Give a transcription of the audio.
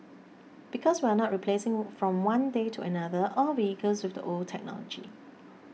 because we are not replacing from one day to another all vehicles with the old technology